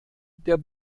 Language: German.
der